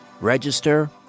register